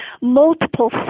multiple